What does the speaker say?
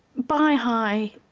buy high.